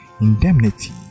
indemnity